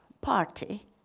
party